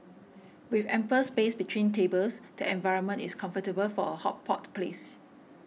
with ample space between tables the environment is comfortable for a hot pot place